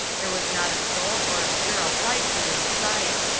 there was not a soul or a stir of life within sight.